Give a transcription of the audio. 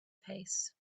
pace